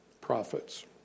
prophets